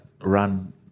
run